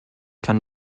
kann